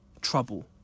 trouble